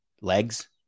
legs